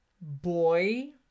boy